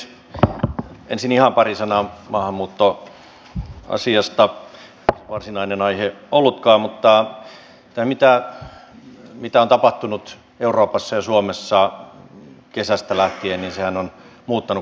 ensin ihan pari sanaa maahanmuuttoasiasta joka ei varsinainen aihe ollutkaan mutta tämä mitä on tapahtunut euroopassa ja suomessa kesästä lähtien niin sehän on muuttanut koko meidän ajattelumme